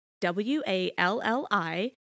W-A-L-L-I